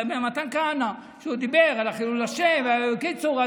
מתן כהנא, שדיבר על חילול השם, בקיצור.